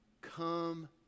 come